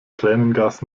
tränengas